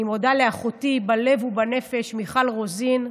אני מודה לאחותי בלב ובנפש מיכל רוזין,